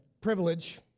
privilege